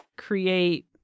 create